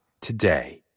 today